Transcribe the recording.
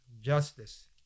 justice